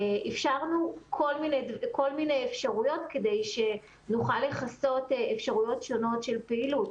אפשרנו כל מיני אפשרויות כדי שנוכל לכסות אפשרויות שונות של פעילות,